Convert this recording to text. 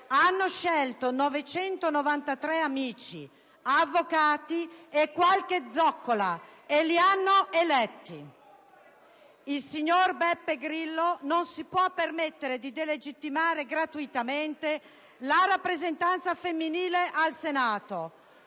hanno scelto 993 amici, avvocati e qualche zoccola e li hanno eletti». Il signor Beppe Grillo non si può permettere di delegittimare gratuitamente la rappresentanza femminile al Senato.